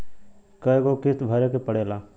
कय गो किस्त भरे के पड़ेला?